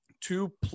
two